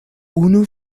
unu